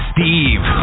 Steve